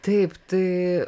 taip tai